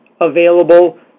available